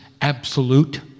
absolute